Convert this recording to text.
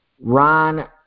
Ron